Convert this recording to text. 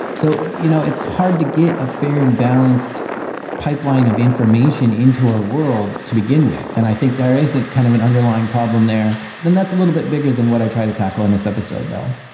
so you know it's hard to get a fair and balanced pipeline of information into our world to begin with, and i think there isn't kind of an underlying problem there. i mean, that's a little bit bigger than what i try to tackle in this episode though.